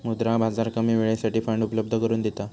मुद्रा बाजार कमी वेळेसाठी फंड उपलब्ध करून देता